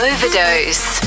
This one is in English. Overdose